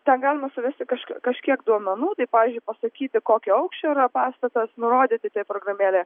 ten galima suvesti kažk kažkiek duomenų tai pavyzdžiui pasakyti kokio aukščio yra pastatas nurodyti tai programėlėje